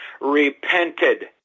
repented